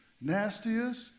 nastiest